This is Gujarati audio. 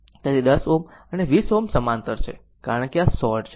તેથી 10 Ω અને 20 Ω સમાંતર છે કારણ કે આ શોર્ટ છે